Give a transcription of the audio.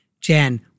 Jen